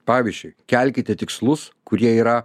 pavyzdžiui kelkite tikslus kurie yra